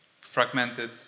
fragmented